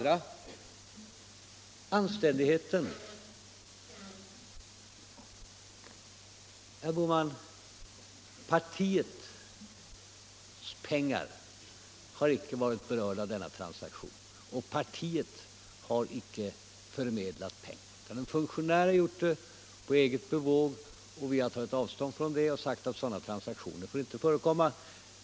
På tal om anständighet, herr Bohman, vill jag säga att partiets pengar icke här berörts av denna penningtransaktion till Finland. Partiet har icke förmedlat pengar, utan det har en funktionär gjort på eget bevåg. Vi har tagit avstånd från det och sagt att sådana transaktioner inte får förekomma.